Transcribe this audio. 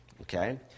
okay